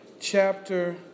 chapter